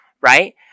right